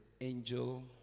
angel